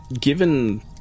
given